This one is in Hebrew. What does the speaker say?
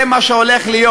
זה מה שהולך להיות.